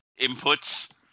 inputs